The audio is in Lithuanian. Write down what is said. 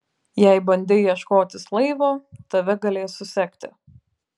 jei bandei ieškotis laivo tave galės susekti